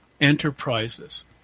enterprises